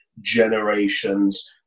generations